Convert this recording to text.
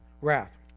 wrath